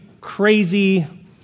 crazy